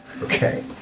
Okay